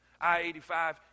I-85